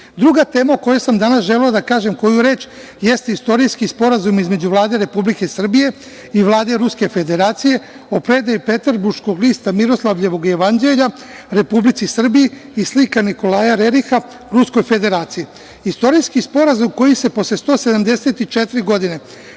tema o kojoj sam danas želeo da kažem koju reč jeste istorijski sporazum između Vlade Republike Srbije i Vlade Ruske Federacije o predaji Peterburškog lista Miroslavljevog jevanđelja Republici Srbiji i slika Nikolaja Velikog Ruskoj Federaciji. Istorijski sporazum koji se posle 174 godine